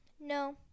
No